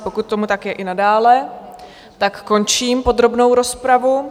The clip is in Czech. Pokud tomu tak je i nadále, tak končím podrobnou rozpravu.